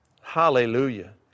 Hallelujah